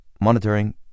monitoring